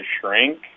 shrink